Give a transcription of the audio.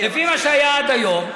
לפי מה שהיה עד היום,